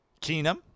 Keenum